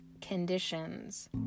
conditions